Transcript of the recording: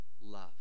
love